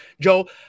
Joe